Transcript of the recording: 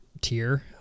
Tier